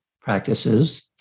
practices